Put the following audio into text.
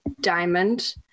Diamond